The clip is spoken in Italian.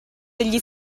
degli